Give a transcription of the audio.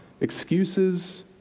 excuses